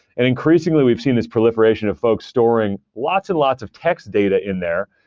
and increasingly, we've seen this proliferation of folks storing lots and lots of text data in there.